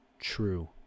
True